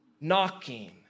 knocking